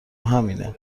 همینه